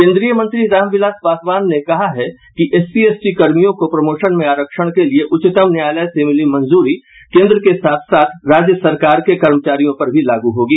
केन्द्रीय मंत्री रामविलास पासवान ने कहा है कि एससी एसटी कर्मियों को प्रमोशन में आरक्षण के लिए उच्चतम न्यायालय से मिली मंजूरी केन्द्र के साथ साथ राज्य सरकार के कर्मचारियों पर भी लागू होगी